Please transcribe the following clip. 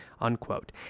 unquote